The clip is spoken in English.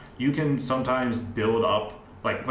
you can sometimes build up like,